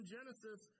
Genesis